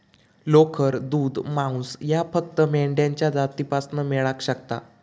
लोकर, दूध, मांस ह्या फक्त मेंढ्यांच्या जातीपासना मेळाक शकता